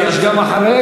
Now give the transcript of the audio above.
יש גם אחריהם,